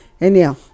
anyhow